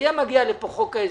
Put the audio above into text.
היה מגיע לפה חוק ההסדרים,